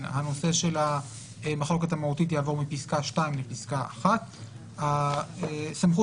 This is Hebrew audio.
הנושא של המחלוקת מהותית יעבור מפסקה (2) לפסקה (1); הסמכות